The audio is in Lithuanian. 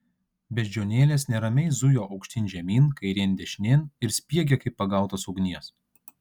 beždžionėlės neramiai zujo aukštyn žemyn kairėn dešinėn ir spiegė kaip pagautos ugnies